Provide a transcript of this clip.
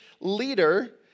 leader